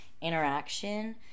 interaction